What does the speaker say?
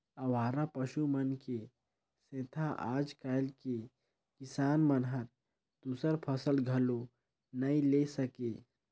अवारा पसु मन के सेंथा आज कायल के किसान मन हर दूसर फसल घलो नई ले सके